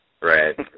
Right